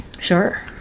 sure